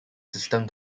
system